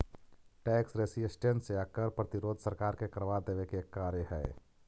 tax resistance या कर प्रतिरोध सरकार के करवा देवे के एक कार्य हई